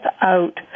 out